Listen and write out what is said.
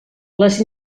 les